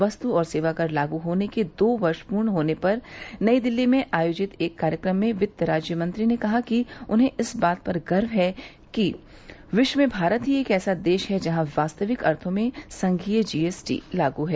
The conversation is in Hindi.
वस्तु और सेवाकर लागू होने के दो वर्ष पूरे होने पर नई दिल्ली में आयोजित एक कार्यक्रम में वित्तराज्य मंत्री ने कहा कि उन्हें इस बात पर गर्व है कि विश्व में भारत ही ऐसा देश है जहां वास्तविक अर्थो में संघीय जी एस टी लागू है